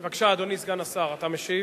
בבקשה, אדוני סגן השר, אתה משיב.